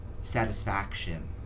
satisfaction